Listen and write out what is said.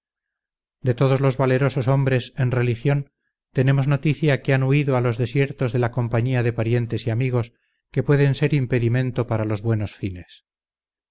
de todos los valerosos hombres en religión tenemos noticia que han huido a los desiertos de la compañía de parientes y amigos que pueden ser impedimento para los buenos fines